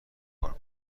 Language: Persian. کار